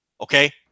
Okay